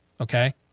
Okay